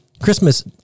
Christmas